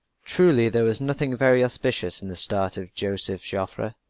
truly there was nothing very auspicious in the start of joseph joffre.